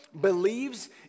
believes